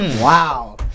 Wow